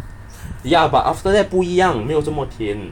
ya but after that 不一样没有这么甜